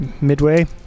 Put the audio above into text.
Midway